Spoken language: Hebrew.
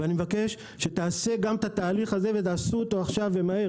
אני מבקש שתעשה גם את התהליך הזה עכשיו ומהר.